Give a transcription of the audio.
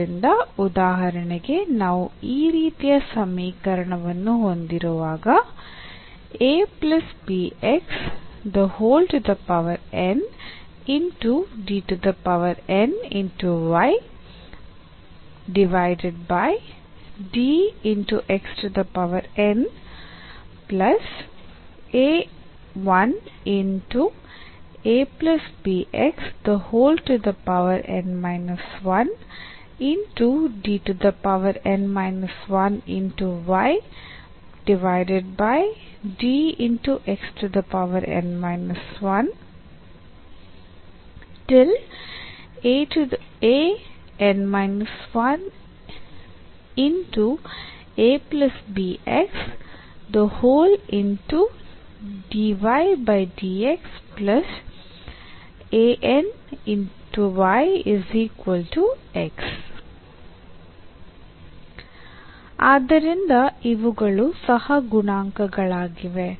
ಆದ್ದರಿಂದ ಉದಾಹರಣೆಗೆ ನಾವು ಈ ರೀತಿಯ ಸಮೀಕರಣವನ್ನು ಹೊಂದಿರುವಾಗ ಆದ್ದರಿಂದ ಇವುಗಳು ಸಹಗುಣಾಂಕಗಳಾಗಿವೆ